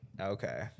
Okay